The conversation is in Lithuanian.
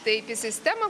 taip į sistemą